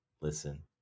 listen